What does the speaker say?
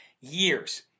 years